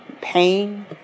pain